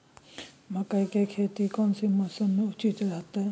मकई के खेती केना सी मौसम मे उचित रहतय?